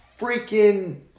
freaking